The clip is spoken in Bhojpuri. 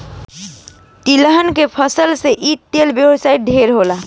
तिलहन के फसल से इहा तेल के व्यवसाय ढेरे होला